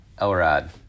Elrod